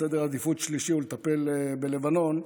והשלישי הוא לטפל בלבנון.